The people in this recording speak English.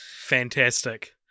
Fantastic